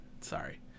Sorry